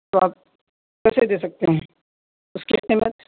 تو آپ کیسے دے سکتے ہیں اس کی قیمت